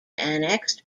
annexed